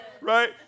right